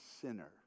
sinner